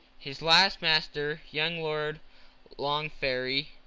his last master, young lord longferry,